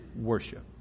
worship